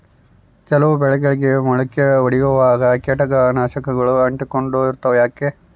ಕೆಲವು ಬೆಳೆಗಳಿಗೆ ಮೊಳಕೆ ಒಡಿಯುವಾಗ ಕೇಟನಾಶಕಗಳು ಅಂಟಿಕೊಂಡು ಇರ್ತವ ಯಾಕೆ?